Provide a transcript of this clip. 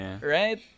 right